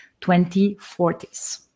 2040s